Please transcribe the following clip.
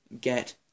get